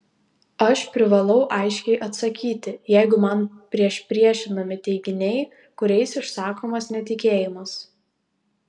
aš privalau aiškiai atsakyti jeigu man priešpriešinami teiginiai kuriais išsakomas netikėjimas